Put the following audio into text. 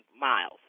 miles